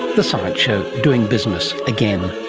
the science show, doing business again.